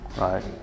right